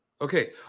Okay